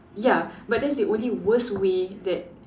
ya but that's the only worst way that